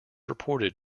reported